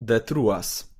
detruas